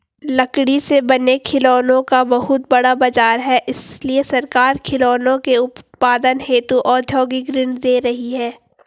लकड़ी से बने खिलौनों का बहुत बड़ा बाजार है इसलिए सरकार खिलौनों के उत्पादन हेतु औद्योगिक ऋण दे रही है